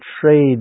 trade